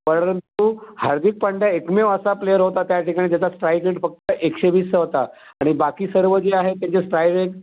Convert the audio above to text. परंतु हार्दिक पंड्या एकमेव असा प्लेअर होता त्याठिकाणी त्याचा स्ट्राईक रेट फक्त एकशे वीसचा होता आणि बाकी सर्व जे आहे त्यांचे स्ट्राईक रेट